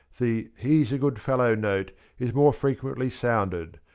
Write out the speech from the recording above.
the he s a good fel low' note is more frequently sounded,